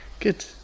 Good